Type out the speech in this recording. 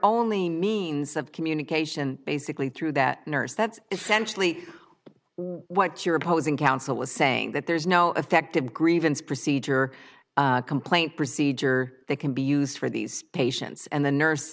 only means of communication basically through that nurse that's essentially what your opposing counsel is saying that there's no effective grievance procedure complaint procedure that can be used for these patients and the nurse